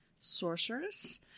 sorceress